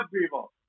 people